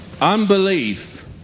unbelief